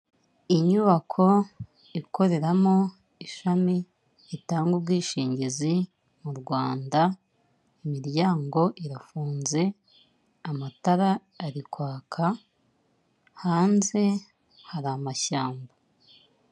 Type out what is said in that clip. Inyubako ikoreramo ishami ritanga ubwishingizi mu Rwanda imiryango irafunze, amatara ari kwaka hanze hari amashyamba.